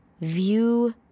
view